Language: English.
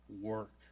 work